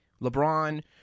LeBron